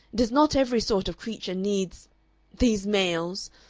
it is not every sort of creature needs these males.